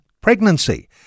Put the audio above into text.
pregnancy